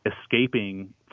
escaping